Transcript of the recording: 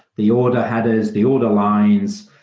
the order headers, the order lines,